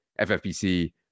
FFPC